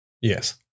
Yes